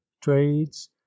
trades